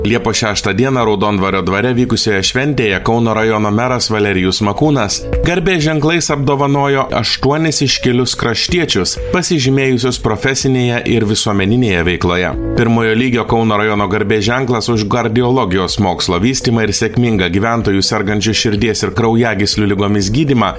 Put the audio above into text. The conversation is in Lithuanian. liepos šeštą dieną raudondvario dvare vykusioje šventėje kauno rajono meras valerijus makūnas garbės ženklais apdovanojo aštuonis iškilius kraštiečius pasižymėjusius profesinėje ir visuomeninėje veikloje pirmojo lygio kauno rajono garbės ženklas už gardiologijos mokslo vystymą ir sėkmingą gyventojų sergančių širdies ir kraujagyslių ligomis gydymą